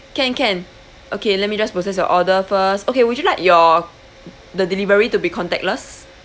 can can okay let me just process your order first okay would you like your the delivery to be contactless